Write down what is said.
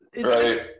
Right